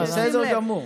בסדר גמור.